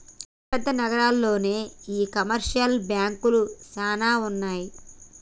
పెద్ద పెద్ద నగరాల్లోనే ఈ కమర్షియల్ బాంకులు సానా ఉంటాయి